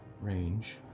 range